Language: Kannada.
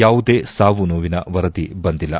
ಯಾವುದೇ ಸಾವು ನೋವಿನ ವರದಿ ಬಂದಿಲ್ಲ